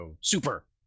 super